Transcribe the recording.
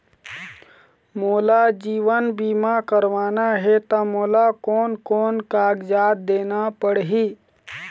मोला जीवन बीमा करवाना हे ता मोला कोन कोन कागजात देना पड़ही?